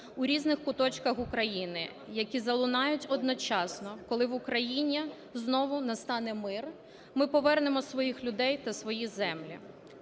у різних куточках України, які залунають одночасно, коли в Україні знову настане мир, ми повернемо своїх людей та свої землі.